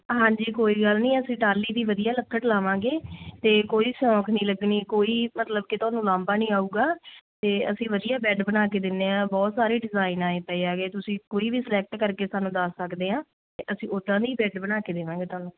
ਹਾਂਜੀ ਕੋਈ ਗੱਲ ਨੀ ਅਸੀਂ ਟਾਹਲੀ ਦੀ ਵਧੀਆ ਲੱਕੜ ਲਾਵਾਂਗੇ ਤੇ ਕੋਈ ਸਿਓਂਕ ਨੀ ਲੱਗਣੀ ਕੋਈ ਮਤਲਬ ਕਿ ਤੁਹਾਨੂੰ ਲਾਂਬਾ ਨੀ ਆਊਗਾ ਤੇ ਅਸੀਂ ਵਧੀਆ ਬੈੱਡ ਬਣਾ ਕੇ ਦਿੰਨੇ ਆ ਬਹੁਤ ਸਾਰੇ ਡਿਜ਼ਾਈਨ ਆਏ ਪਏ ਐਗੇ ਕੋਈ ਵੀ ਸਿਲੈਕਟ ਕਰਕੇ ਸਾਨੂੰ ਦੱਸ ਸਕਦੇ ਆ ਤੇ ਅਸੀਂ ਓਦਾਂ ਦੇ ਈ ਬੈੱਡ ਬਣਾ ਕੇ ਦਵਾਂਗੇ ਧਾਨੂੰ